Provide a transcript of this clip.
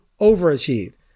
overachieved